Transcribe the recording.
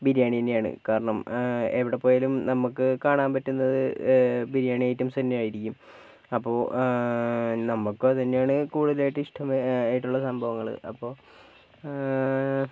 ബിരിയാണി തന്നെയാണ് കാരണം എവിടെ പോയാലും നമുക്ക് കാണാൻ പറ്റുന്നത് ബിരിയാണി ഐറ്റംസ് തന്നെ ആയിരിക്കും അപ്പോൾ നമ്മക്കും അത് തന്നെയാണ് കൂടുതലായിട്ട് ഇഷ്ടം ആയിട്ടുള്ള സംഭവങ്ങള് അപ്പം